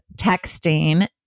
texting